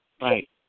right